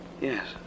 Yes